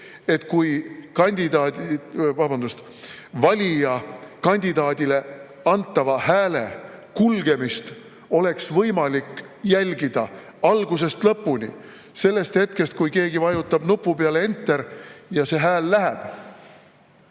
et kui valija kandidaadile antava hääle kulgemist oleks võimalik jälgida algusest lõpuni, sellest hetkest, kui keegi vajutab nuppu "Enter" ja see hääl läheb